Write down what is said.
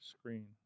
screen